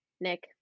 Nick